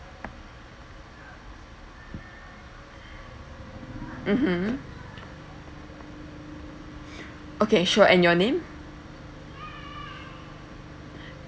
mmhmm okay sure and your name